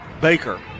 Baker